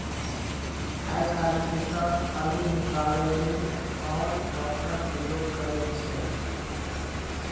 आइ काल्हि किसान अल्लु निकालै लेल हॉल टॉपरक प्रयोग करय छै